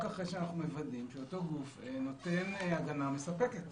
אחרי שאנחנו מוודאים שאותו גוף נותן הגנה מספקת